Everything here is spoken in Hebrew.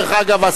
דרך אגב,